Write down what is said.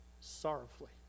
sorrowfully